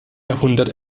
jahrhundert